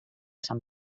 sant